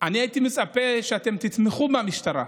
אני הייתי מצפה שאתם תתמכו במשטרה,